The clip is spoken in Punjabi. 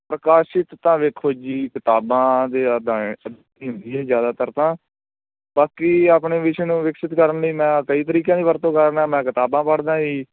ਪ੍ਰਕਾਸ਼ਿਤ ਤਾਂ ਵੇਖੋ ਜੀ ਕਿਤਾਬਾਂ ਦੇ ਇੱਦਾਂ ਹੈ ਹੁੰਦੀ ਹੈ ਜ਼ਿਆਦਾਤਰ ਤਾਂ ਬਾਕੀ ਆਪਣੇ ਵਿਸ਼ੇ ਨੂੰ ਵਿਕਸਿਤ ਕਰਨ ਲਈ ਮੈਂ ਕਈ ਤਰੀਕਿਆਂ ਦੀ ਵਰਤੋਂ ਕਰਦਾ ਮੈਂ ਕਿਤਾਬਾਂ ਪੜ੍ਹਦਾ ਜੀ